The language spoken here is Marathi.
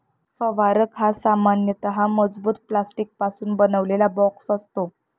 फवारक हा सामान्यतः मजबूत प्लास्टिकपासून बनवलेला बॉक्स असतो